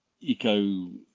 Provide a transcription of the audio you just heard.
eco